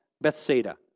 Bethsaida